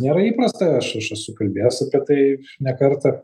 nėra įprasta aš aš esu kalbėjęs apie tai ne kartą